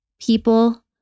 people